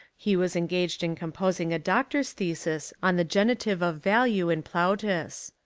he was engaged in composing a doctor's thesis on the genitive of value in plautus.